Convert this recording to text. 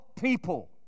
people